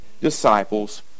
disciples